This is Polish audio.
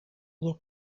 nie